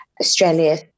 Australia